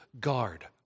guard